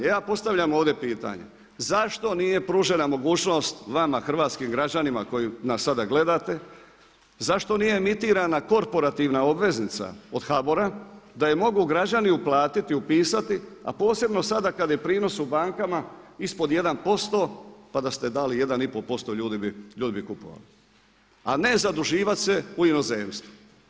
Ja postavljam ovdje pitanje, zašto nije pružena mogućnost vama hrvatskim građanima koji nas sada gledate, zašto nije emitirana korporativna obveznica od HBOR-a da je mogu građani uplatiti, upisati, a posebno sada kada je prinos u bankama ispod 1% pa da ste dali 1,5% ljudi bi kupovali, a ne zaduživati se u inozemstvu?